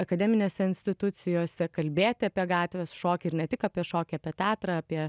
akademinėse institucijose kalbėti apie gatvės šokį ir ne tik apie šokį apie teatrą apie